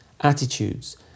Attitudes